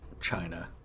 China